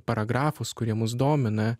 paragrafus kurie mus domina